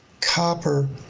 copper